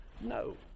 No